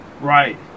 Right